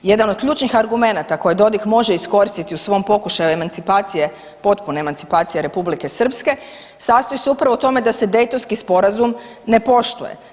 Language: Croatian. Jedan od ključnih argumenata koje Dodik može iskoristiti u svom pokušaju emancipacije, potpune emancipacije Republike Srpske sastoji se upravo u tome da se Daytonski sporazum ne poštuje.